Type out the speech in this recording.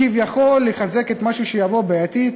כביכול לחזק משהו שיבוא בעתיד?